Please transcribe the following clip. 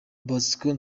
bosco